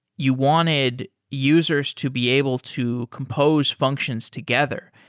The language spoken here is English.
you wanted users to be able to compose functions together.